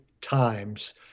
times